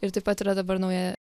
ir taip pat yra dabar nauja